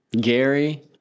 Gary